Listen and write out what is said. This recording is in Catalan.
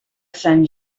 sant